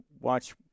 watch